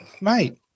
mate